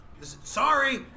sorry